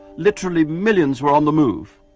literally millions were on the move,